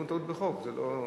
טוב.